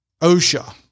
OSHA